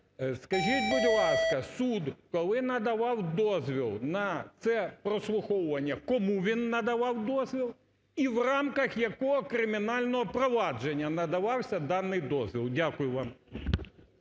Скажіть, будь ласка, суд коли надавав дозвіл на це прослуховування, кому він надавав дозвіл і в рамках якого кримінального провадження надавався даний дозвіл. Дякую вам.